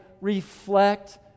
reflect